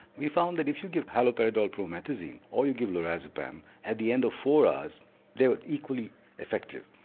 we found that if you give haloperidol promethazine or you give lorazepam, at the end of four hours they were equally effective,